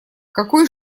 какой